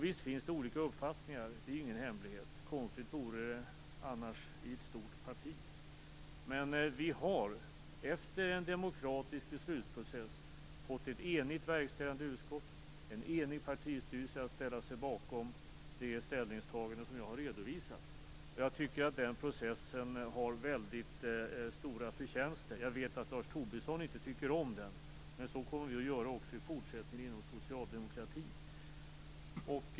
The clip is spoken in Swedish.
Visst finns det olika uppfattningar. Det är ingen hemlighet. Konstigt vore det annars i ett stort parti. Men vi har efter en demokratisk beslutsprocess fått ett enigt verkställande utskott och en enig partistyrelse att ställa sig bakom det ställningstagande som jag har redovisat. Jag tycker att den processen har väldigt stora förtjänster. Jag vet att Lars Tobisson inte tycker om den. Men så kommer vi att göra även i fortsättningen inom Socialdemokraterna.